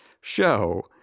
show